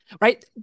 Right